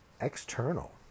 External